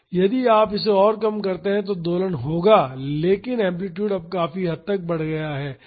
यदि आप इसे और कम करते हैं तो दोलन होगा लेकिन एम्पलीटूड अब काफी बढ़ गया है